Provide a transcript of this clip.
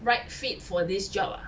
right fit for this job ah